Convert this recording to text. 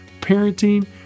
parenting